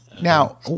Now